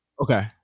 okay